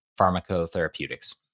Pharmacotherapeutics